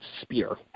spear